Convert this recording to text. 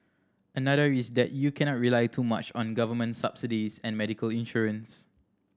another is that you cannot rely too much on government subsidies and medical insurance